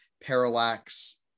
Parallax